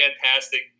fantastic